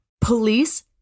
Police